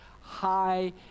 high